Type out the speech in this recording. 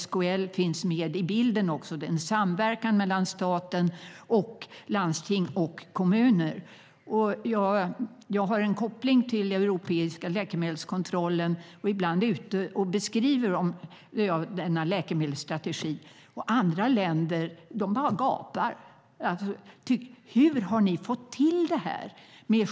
SKL finns med i bilden, och det sker en samverkan mellan staten, landstingen och kommunerna. Jag har en koppling till den europeiska läkemedelskontrollen och är ibland ute och beskriver läkemedelsstrategin. Andra länder bara gapar. Hur har ni fått till det här?